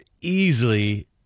easily